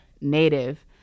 Native